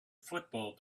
football